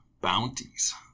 bounties